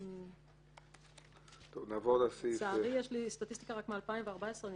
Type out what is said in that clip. יש לי סטטיסטיקה רק מ-2014.